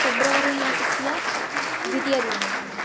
फ़ेब्रवरि मासस्य द्वितीयदिनाङ्कः